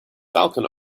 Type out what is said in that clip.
falcon